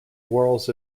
whorls